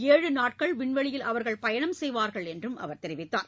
ஏழு நாட்கள் விண்வெளியில் அவர்கள் பயணம் செய்வார்கள் என்றும் அவர் தெரிவித்தார்